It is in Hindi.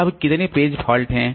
अब कितने पेज फॉल्ट हैं